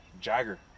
Jagger